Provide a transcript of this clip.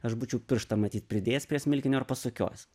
aš būčiau pirštą matyt pridėjęs prie smilkinio ir pasukiojęs